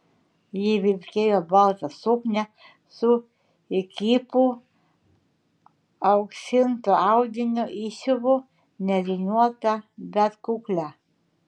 ji vilkėjo baltą suknią su įkypu auksinto audinio įsiuvu nėriniuotą bet kuklią